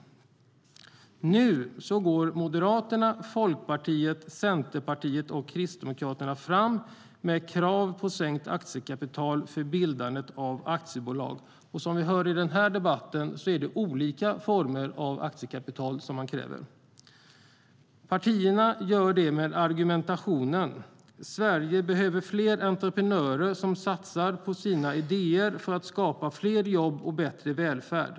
Nu går Moderaterna, Folkpartiet, Centerpartiet och Kristdemokraterna fram med krav på sänkt aktiekapital för bildandet av aktiebolag. Som vi har hört i denna debatt är det olika former av aktiekapital de kräver. Partierna gör detta med argumentationen att Sverige behöver fler entreprenörer som satsar på sina idéer så att det kan skapas fler jobb och bättre välfärd.